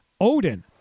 Odin